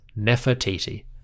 Nefertiti